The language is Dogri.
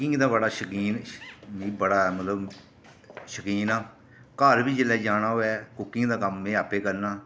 कुकिंग दा बड़ा शकीन मिगी बड़ा मतलब शकीन आं घर बी जेल्लै जाना होऐ कुकिंग दा कम्म में आपें करना